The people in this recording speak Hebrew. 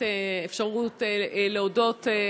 האפשרות להודות.